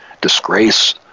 disgrace